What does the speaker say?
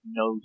no